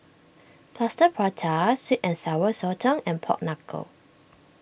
Plaster Prata Sweet and Sour Sotong and Pork Knuckle